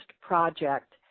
project